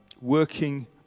working